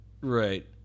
Right